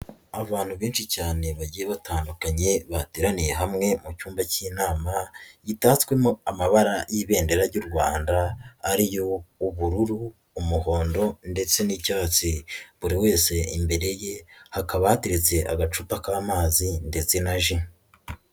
Abantu benshi cyane bagiye batandukanye bateraniye hamwe mu cyumba cy'inama, gitatswemo amabara y'ibendera ry'u Rwanda ariyo: ubururu, umuhondo ndetse n'icyatsi, buri wese imbere ye, hakaba hateretse agacupa k'amazi ndetse na ji.